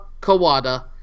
Kawada